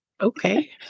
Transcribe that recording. Okay